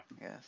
Yes